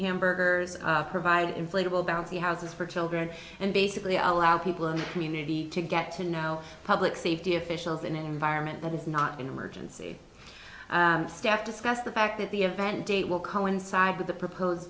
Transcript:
hamburgers provided inflatable bouncy houses for children and basically allow people community to get to know public safety officials in an environment that is not an emergency staff discussed the fact that the event date will coincide with the proposed